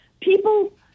people